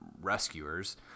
rescuers